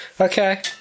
Okay